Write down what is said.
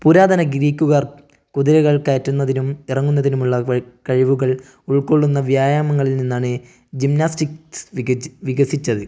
പുരാതന ഗ്രീക്കുകാർ കുതിരകൾ കയറ്റുന്നതിനും ഇറങ്ങുന്നതിനുമുള്ള കഴിവുകൾ ഉൾക്കൊള്ളുന്ന വ്യായാമങ്ങളിൽ നിന്നാണ് ജിംനാസ്റ്റിക്സ് വികച് വികസിച്ചത്